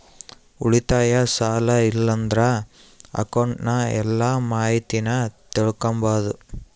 ಉಳಿತಾಯ, ಸಾಲ ಇಲ್ಲಂದ್ರ ಅಕೌಂಟ್ನ ಎಲ್ಲ ಮಾಹಿತೀನ ತಿಳಿಕಂಬಾದು